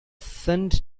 sent